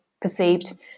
perceived